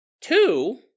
Two